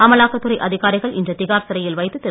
அமலாக்கத்துறை அதிகாரிகள் இன்று திகார் சிறையில் வைத்து திரு